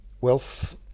wealth